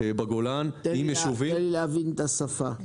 תן לי להבין את השפה.